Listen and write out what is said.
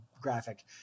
graphic